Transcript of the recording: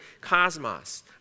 cosmos